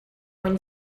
when